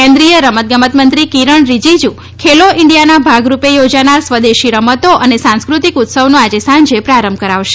કેન્દ્રીય રમતગમત મંત્રી કિરણ રિજીજુ ખેલો ઈન્ડિયાના ભાગરૂપે યોજાનાર સ્વદેશી રમતો અને સાંસ્કૃતિક ઉત્સવનો આજે સાંજે પ્રારંભ કરાવશે